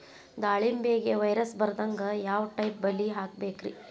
ದಾಳಿಂಬೆಗೆ ವೈರಸ್ ಬರದಂಗ ಯಾವ್ ಟೈಪ್ ಬಲಿ ಹಾಕಬೇಕ್ರಿ?